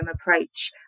approach